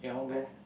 like